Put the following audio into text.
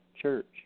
church